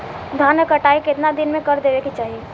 धान क कटाई केतना दिन में कर देवें कि चाही?